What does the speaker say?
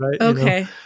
Okay